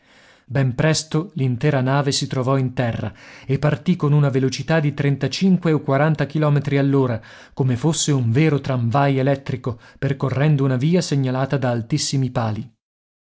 ben presto l'intera nave si trovò in terra e partì con una velocità di trentacinque o quaranta chilometri all'ora come fosse un vero tramvai elettrico percorrendo una via segnalata da altissimi pali